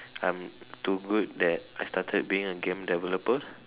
I'm too good that I started being a game developer